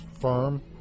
firm